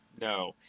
No